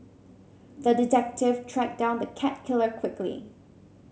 the detective tracked down the cat killer quickly